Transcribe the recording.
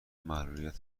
معلولیت